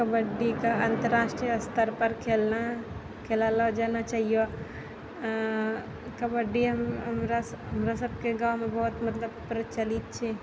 कबड्डीके अन्तरराष्ट्रीय स्तरपर खेलना खेललो जाना चहियो कबड्डी हमरा सबके गाँवमे बहुत मतलब प्रचलित छै